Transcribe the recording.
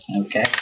Okay